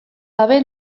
gabe